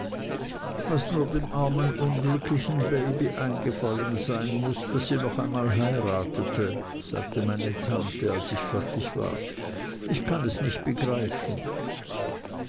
was nur dem armen unglücklichen baby eingefallen sein muß daß sie noch einmal heiratete sagte meine tante als ich fertig war ich kann es nicht begreifen